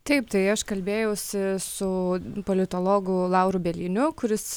taip tai aš kalbėjausi su politologu lauru bieliniu kuris